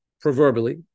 proverbially